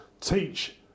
teach